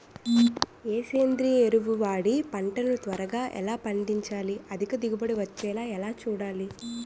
ఏ సేంద్రీయ ఎరువు వాడి పంట ని త్వరగా ఎలా పండించాలి? అధిక దిగుబడి వచ్చేలా ఎలా చూడాలి?